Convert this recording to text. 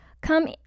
come